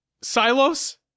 Silos